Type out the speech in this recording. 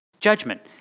Judgment